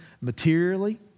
materially